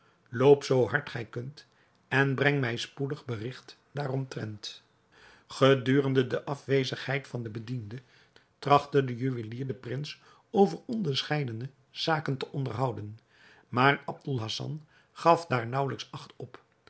loop zoo hard gij kunt en breng mij spoedig berigt daaromtrent gedurende de afwezigheid van den bediende trachtte de juwelier den prins over onderscheidene zaken te onderhouden maar aboul hassan gaf daar naauwelijks acht op